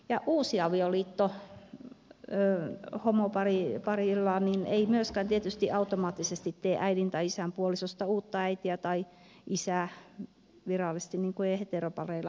ja uusi avioliitto homoparilla ei myöskään tietysti automaattisesti tee äidin tai isän puolisosta uutta äitiä tai isää virallisesti niin kuin ei heteropareillakaan